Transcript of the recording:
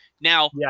Now